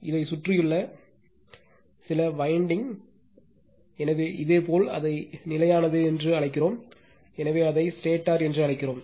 இதை சுற்றியுள்ள சில வயண்டிங் எனவே இதேபோல் அதை நிலையானது என்று அழைக்கிறோம் எனவே அதை ஸ்டேட்டர் என்று அழைக்கிறோம்